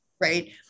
Right